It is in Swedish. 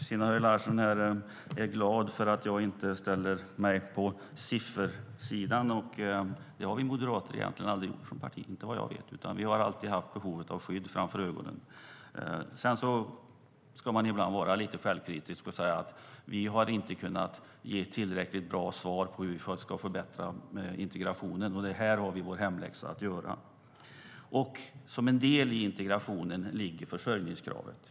Fru talman! Christina Höj Larsen är glad över att jag inte ställer mig på siffersidan. Det har Moderaterna egentligen aldrig gjort som parti, vad jag vet. Vi har alltid sett till skyddsbehovet främst. Som en del i integrationen ligger försörjningskravet.